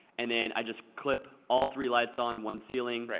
and then i just clip all three lights on, one ceiling,